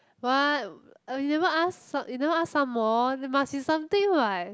what uh you never ask you never ask some more there must be something what